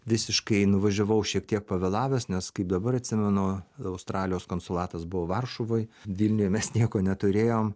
visiškai nuvažiavau šiek tiek pavėlavęs nes kaip dabar atsimenu australijos konsulatas buvo varšuvoj vilniuje mes nieko neturėjom